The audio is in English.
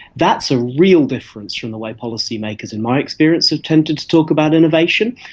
that's a real difference from the way policymakers in my experience have tended to talk about innovation,